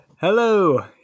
Hello